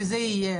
וזה עיר,